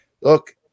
Look